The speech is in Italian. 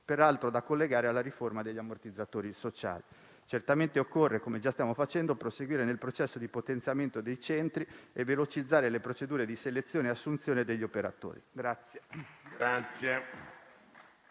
peraltro da collegare alla riforma degli ammortizzatori sociali. Certamente occorre - come già stiamo facendo - proseguire nel processo di potenziamento dei centri e velocizzare le procedure di selezione e assunzione degli operatori.